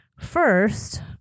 first